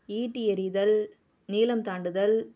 ஈட்டி எறிதல் நீளம் தாண்டுதல்